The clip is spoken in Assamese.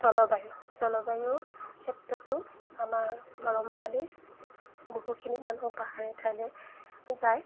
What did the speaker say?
জলবায়ু জলবায়ুৰ ক্ষেত্ৰতো আমাৰ গৰমকালিৰ বহুখিনি মানুহ পাহাৰীয়া ঠাইলৈ যায়